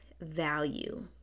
value